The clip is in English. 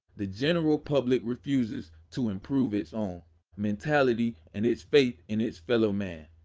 the general public refuses to improve its own mentality and its faith in its fellow man.